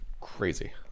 crazy